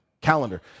calendar